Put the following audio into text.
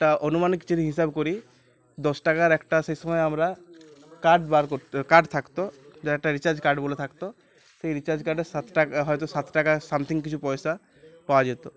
একটা অনুমান কিছুর হিসাব করি দশ টাকার একটা সেই সময় আমরা কার্ড বার করতে কার্ড থাকতো যার একটা রিচার্জ কার্ড বলে থাকতো সেই রিচার্জ কার্ডে সাত টাকা হয়তো সাত টাকা সামথিং কিছু পয়সা পাওয়া যেত